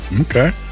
okay